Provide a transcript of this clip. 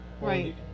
right